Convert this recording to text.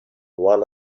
one